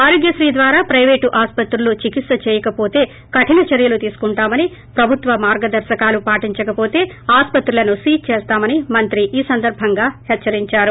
ఆరోగ్యక్రీ ద్వారా ప్లైవేటు ఆస్పత్రులు చికిత్స చేయకపోతే కఠిన చర్యలు తీసుకుంటామని ప్రభుత్వ మార్గదర్శకాలు పాటించకపోతే ఆస్పత్రులను సీజ్ చేస్తామని మంత్రి ఈ సందర్బంగా హెచ్చరించారు